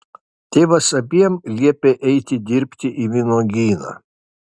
tėvas abiem liepia eiti dirbti į vynuogyną